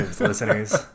listeners